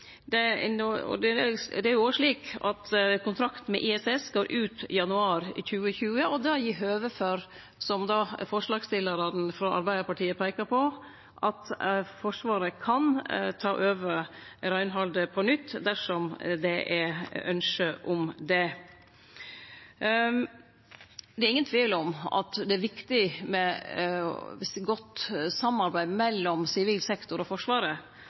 det gir høve til – som forslagsstillarane frå Arbeidarpartiet peikar på – at Forsvaret kan ta over reinhaldet på nytt dersom det er ynske om det. Det er ingen tvil om at det er viktig med eit godt samarbeid mellom sivil sektor og Forsvaret,